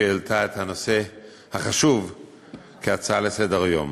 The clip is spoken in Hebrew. שהעלתה את הנושא החשוב כהצעה לסדר-היום,